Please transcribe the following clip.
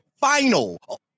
Final